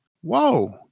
Whoa